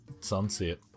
sunset